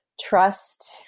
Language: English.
trust